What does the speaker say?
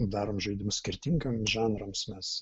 darom žaidimus skirtingiems žanrams mes